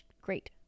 great